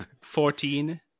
Fourteen